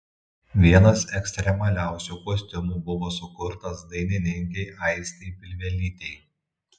vienas ekstremaliausių kostiumų buvo sukurtas dainininkei aistei pilvelytei